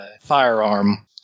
firearm